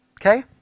Okay